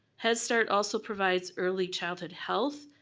head start also provides early childhood health,